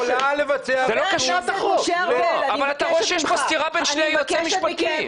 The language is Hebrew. אתה רואה שיש פה סתירה בין שני יועצים משפטיים.